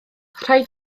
rhaid